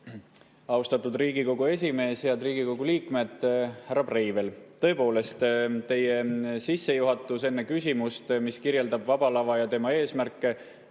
Austatud Riigikogu esimees! Head Riigikogu liikmed! Härra Breivel! Tõepoolest, teie sissejuhatus enne küsimust, mis kirjeldas Vaba Lava ja tema eesmärke